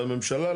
לממשלה,